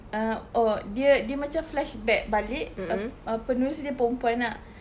um oh dia dia macam flashback balik uh uh penulis dia perempuan lah